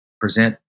present